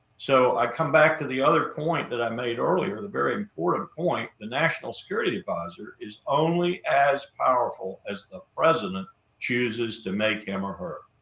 so i come back to the other point that i made earlier, the very important point, the national security adviser is only as powerful as the president chooses to make him or her.